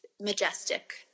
majestic